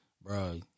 bro